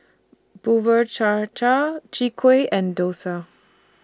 Bubur Cha Cha Chwee Kueh and Dosa